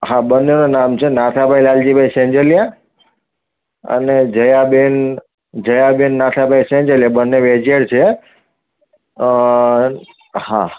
હા બંનેનાં નામ છે નાથભાઈ લાલજીભાઇ સેન્જલિયા અને જયાબેન જયાબેન નાથાભાઈ સેન્જલિયા બંને એજેડ છે હા